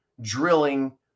drilling